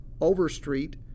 Overstreet